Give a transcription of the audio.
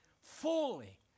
fully